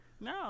No